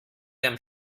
them